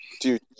dude